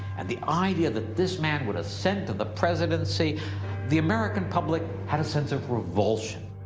and the idea that this man would ascend to the presidency the american public had a sense of revulsion.